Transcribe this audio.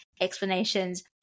explanations